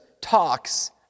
talks